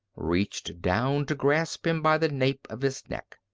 reached down to grasp him by the nape of his neck.